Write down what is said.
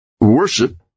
worship